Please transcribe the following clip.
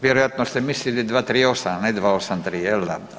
Vjerojatno ste mislili 238, a ne 283, je l' da?